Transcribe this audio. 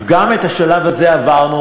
אז גם את השלב הזה עברנו,